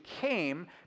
came